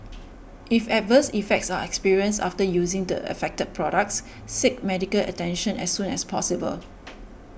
if adverse effects are experienced after using the affected products seek medical attention as soon as possible